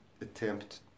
attempt